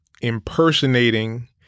impersonating